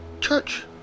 church